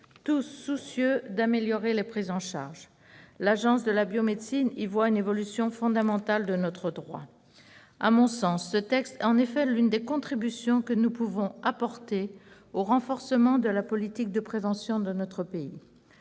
tous soucieux d'améliorer les prises en charge. L'Agence de la biomédecine y voit une évolution fondamentale de notre droit. À mon sens, ce texte est en effet l'une des contributions que nous pouvons apporter au renforcement de la politique de prévention dans notre pays.